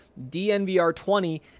DNVR20